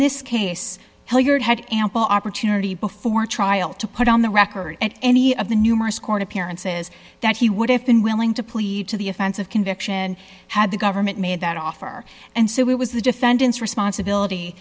had ample opportunity before trial to put on the record and any of the numerous court appearances that he would have been willing to plead to the offense of conviction had the government made that offer and so it was the defendant's responsibility